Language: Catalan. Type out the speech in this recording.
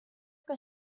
que